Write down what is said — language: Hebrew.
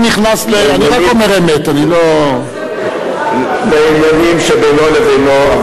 סופגים מממשלת ישראל הנוכחית עלבונות על ימין ועל שמאל.